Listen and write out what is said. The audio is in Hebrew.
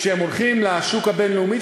כשהם הולכים לשוק הבין-לאומי,